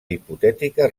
hipotètica